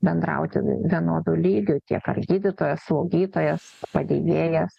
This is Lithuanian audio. bendrauti vienodu lygiu tiek ar gydytojas slaugytojas padėjėjas